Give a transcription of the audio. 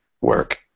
work